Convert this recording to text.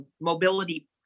mobility